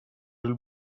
will